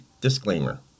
disclaimer